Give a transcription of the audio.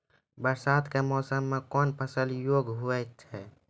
बरसात के मौसम मे कौन फसल योग्य हुई थी?